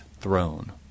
throne